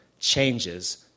changes